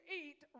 eat